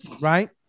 Right